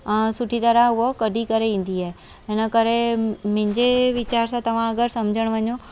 अ सुठी तरह उहो कढी करे ईंदी आहे हिनकरे मुंहिंजे वीचार सां तव्हां अगरि सम्झण वञो त